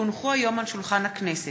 כי הונחו היום על שולחן הכנסת,